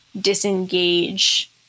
disengage